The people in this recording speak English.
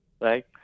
Right